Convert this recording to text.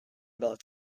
belt